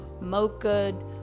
mocha